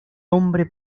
hombre